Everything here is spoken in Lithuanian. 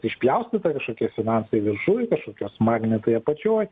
išpjaustyta kažkokie finansai viršuj kažkokios magnetai apačioj